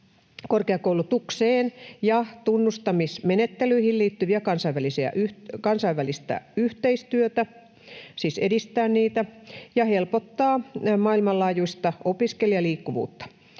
korkeakoulutukseen ja tunnustamismenettelyihin liittyvää kansainvälistä yhteistyötä, siis edistää niitä ja helpottaa maailmanlaajuista opiskelijaliikkuvuutta.